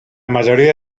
mayoría